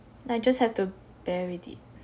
but just have to bear with it